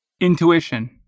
Intuition